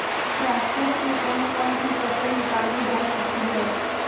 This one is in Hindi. ट्रैक्टर से कौन कौनसी फसल निकाली जा सकती हैं?